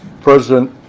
President